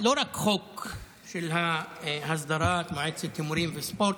לא רק חוק להסדרת מועצת ההימורים והספורט,